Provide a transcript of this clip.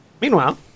Meanwhile